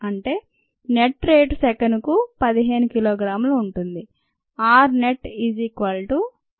అంటే net rate సెకనుకు 15 కిలోగ్రాములు ఉంటుంది